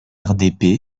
rrdp